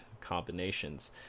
combinations